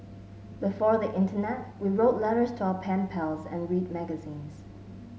before the internet we wrote letters to our pen pals and read magazines